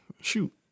Shoot